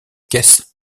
caisse